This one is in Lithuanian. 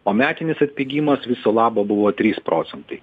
o metinis atpigimas viso labo buvo trys procentai